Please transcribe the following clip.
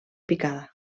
picada